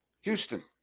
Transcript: Houston